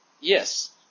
Yes